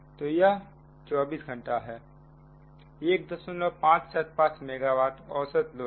तो यह 24 घंटा है 1575 मेगा वाट औसत लोड है